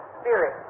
spirit